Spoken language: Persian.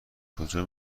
کجا